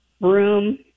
room